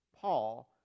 Paul